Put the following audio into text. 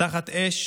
תחת אש